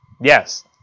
Yes